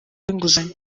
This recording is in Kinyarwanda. inguzanyo